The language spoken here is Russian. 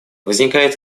возникает